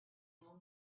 castle